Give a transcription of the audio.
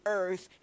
earth